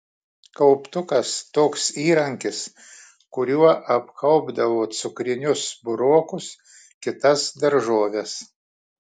kauptukas toks įrankis kuriuo apkaupdavo cukrinius burokus kitas daržoves